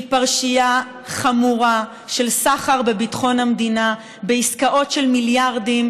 היא פרשייה חמורה של סחר בביטחון המדינה בעסקאות של מיליארדים,